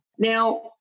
Now